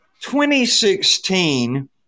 2016